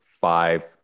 five